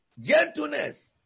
Gentleness